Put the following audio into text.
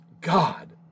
God